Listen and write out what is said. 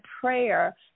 prayer